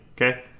okay